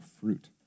fruit